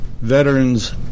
veterans